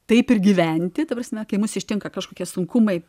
taip ir gyventi ta prasme kai mus ištinka kažkokia sunkumai